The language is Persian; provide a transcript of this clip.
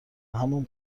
همان